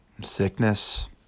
Sickness